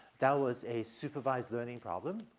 that was a supervised learning problem.